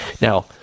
Now